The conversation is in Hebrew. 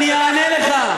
אני אענה לך.